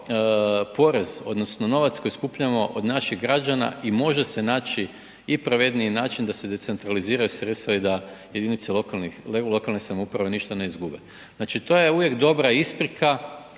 odnosno novac koji skupljamo od naših građana i može se naći i pravedniji način da se decentraliziraju sredstva i da jedinice lokalne samouprave ništa ne izgube. Znači to je uvijek dobra isprika